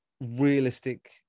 realistic